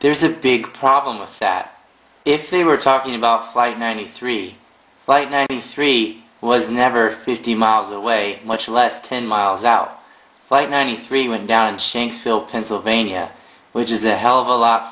there's a big problem with that if they were talking about flight ninety three flight ninety three was never fifty miles away much less ten miles out flight ninety three went down in shanksville pennsylvania which is a hell of a lot